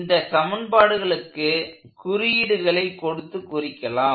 இந்த சமன்பாடுகளுக்கு குறியீடுகளை கொடுத்து குறிக்கலாம்